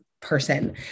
person